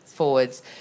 forwards